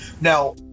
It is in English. Now